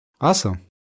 Awesome